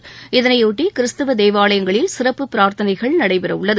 ஏசு இதனையொட்டி கிறிஸ்தவ தேவாலயங்களில் சிறப்பு பிரார்த்தனைகள் நடைபெறவுள்ளது